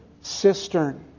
cistern